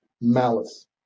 malice